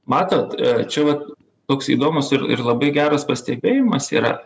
matot čia vat toks įdomus ir ir labai geras pastebėjimas yra